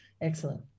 excellent